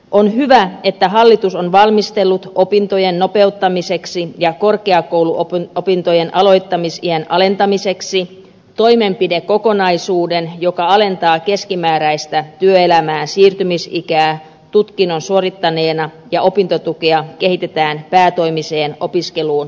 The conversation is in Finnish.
on hyvä että hallitus on valmistellut opintojen nopeuttamiseksi ja korkeakouluopintojen aloittamisiän alentamiseksi toimenpidekokonaisuuden joka alentaa keskimääräistä työelämään siirtymisen ikää tutkinnon suorittaneena ja opintotukea kehitetään päätoimiseen opiskeluun kannustavaksi